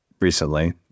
recently